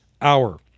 hour